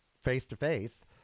face-to-face